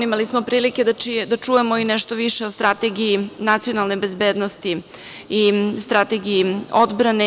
Imali smo prilike da čujemo i nešto više o Strategiji nacionalne bezbednosti i Strategiji odbrane.